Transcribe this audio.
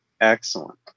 excellent